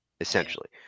essentially